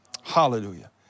Hallelujah